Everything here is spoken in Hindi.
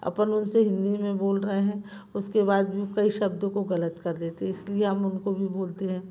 अपन उनसे हिंदी में बोल रहे हैं उसके बाद भी कई शब्दों को गलत कर देते हैं इसलिए हम उनको भी बोलते हैं